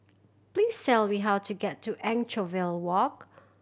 please tell me how to get to Anchorvale Walk